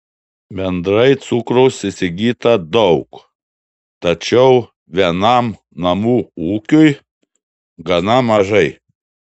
bendrai cukraus įsigyta daug tačiau vienam namų ūkiui gana mažai